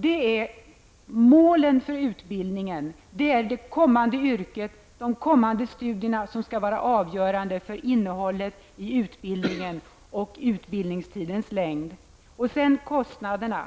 Det är målen för utbildningen, det kommande yrket och de kommande studierna som skall vara avgörande för innehållet i utbildningen och utbildningstidens längd. Jag vill sedan beröra kostnaderna.